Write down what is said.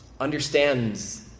understands